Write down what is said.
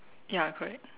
ya correct